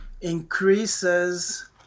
increases